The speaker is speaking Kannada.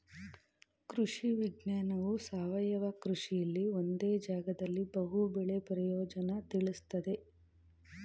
ಕೃಷಿ ವಿಜ್ಞಾನವು ಸಾವಯವ ಕೃಷಿಲಿ ಒಂದೇ ಜಾಗ್ದಲ್ಲಿ ಬಹು ಬೆಳೆ ಪ್ರಯೋಜ್ನನ ತಿಳುಸ್ತದೆ